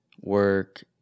work